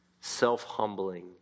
self-humbling